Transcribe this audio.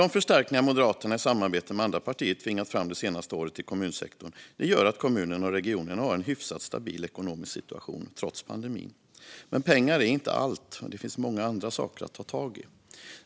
De förstärkningar Moderaterna i samarbete med andra partier tvingat fram det senaste året till kommunsektorn gör att kommunerna och regionerna har en hyfsat stabil ekonomisk situation trots pandemin. Men pengar är inte allt. Det finns många andra saker att ta tag i.